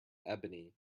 ebony